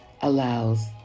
allows